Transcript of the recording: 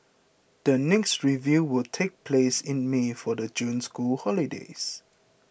the next review will take place in May for the June school holidays